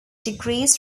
degrees